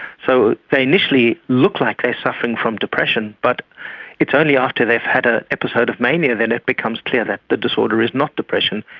so they initially look like they are suffering from depression but it's only after they have had an episode of mania that it becomes clear that the disorder is not depression,